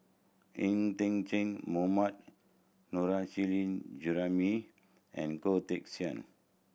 Ng Mohammad Nurrasyid Juraimi and Goh Teck Sian